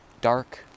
dark